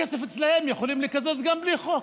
הכסף אצלם, הם יכולים לקזז גם בלי חוק.